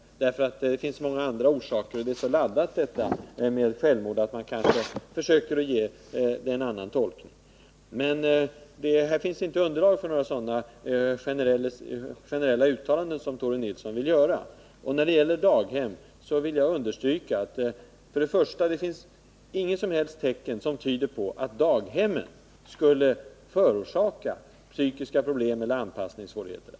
Det finns så många olika orsaker till självmord, och det är så laddat detta med självmord, att man ofta försöker ge ett dödsfall en annan tolkning. Men här finns inte underlag för de uttalanden som Tore Nilsson gör. Jag vill understryka att det inte finns något som helst tecken på att daghemmen skulle förorsaka psykiska problem eller anpassningssvårigheter.